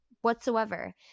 whatsoever